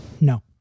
No